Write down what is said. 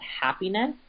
happiness